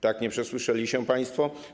Tak, nie przesłyszeli się państwo.